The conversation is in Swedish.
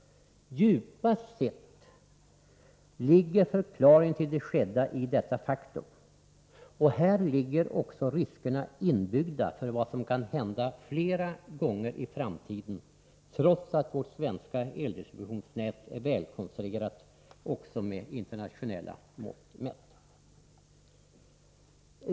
Djupast sett ligger förklaringen till det skedda i detta faktum, och här ligger också riskerna inbyggda för vad som kan hända flera gånger i framtiden, trots att vårt svenska eldistributionsnät är välkonstruerat också med internationella mått mätt.